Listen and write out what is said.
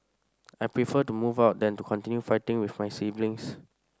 I prefer to move out than to continue fighting with my siblings